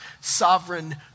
sovereign